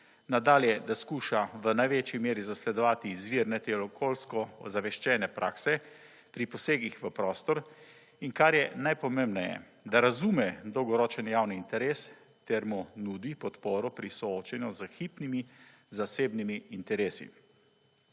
nadalje, da skuša v največji meri zasledovati izvirne ter okoljsko ozaveščene prakse pri posegih v prostor in kar je najpomembneje, da razume dolgoročen javni interes, ter mu nudi podporo pri soočenju z hipnimi zasebnimi interesi.